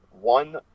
one